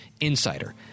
insider